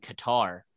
Qatar